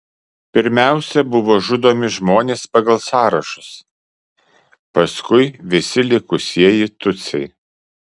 pirmiausia buvo žudomi žmonės pagal sąrašus paskui visi likusieji tutsiai